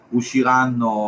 usciranno